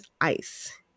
ice